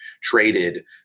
traded